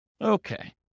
Okay